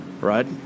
Right